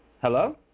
Hello